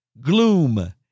gloom